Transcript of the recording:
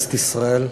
לכנסת ישראל.